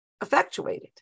Effectuated